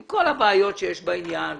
עם כל הבעיות שיש בעניין,